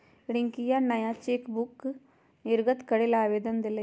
रियंकवा नया चेकबुक निर्गत करे ला आवेदन देलय